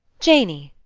janey!